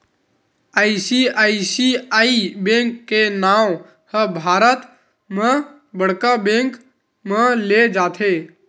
ICICI bank के नांव ह भारत म बड़का बेंक म लेय जाथे